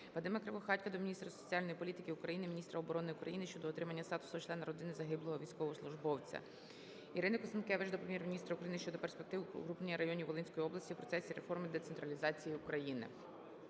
Вадима Кривохатька до міністра соціальної політики України, міністра оборони України щодо отримання статусу члена родини загиблого військовослужбовця. Ірини Констанкевич до Прем'єр-міністра України щодо перспектив укрупнення районів Волинської області в процесі реформи децентралізації в Україні.